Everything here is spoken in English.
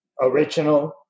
original